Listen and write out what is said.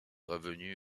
revenue